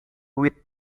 with